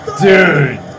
Dude